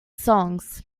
songs